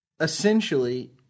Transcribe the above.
essentially